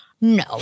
No